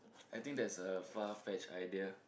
I think that's a far-fetched idea